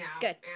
good